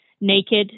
naked